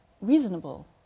reasonable